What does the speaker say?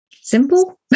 simple